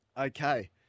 Okay